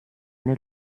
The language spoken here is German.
eine